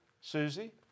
Susie